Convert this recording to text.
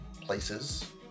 places